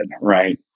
right